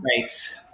right